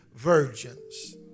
virgins